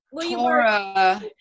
Tora